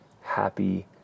happy